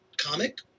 comic